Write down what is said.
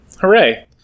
Hooray